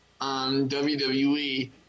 WWE